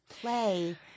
play